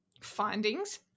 findings